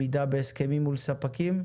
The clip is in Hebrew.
הצעת תקנות מוסר תשלומים לספקים.